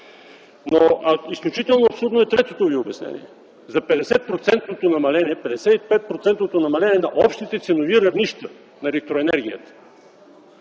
Изключително абсурдно е третото Ви обяснение – за 55 процентното намаление на общите ценови равнища на електроенергията,